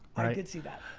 i did see that.